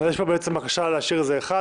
יש פה בקשה להשאיר את זה 1,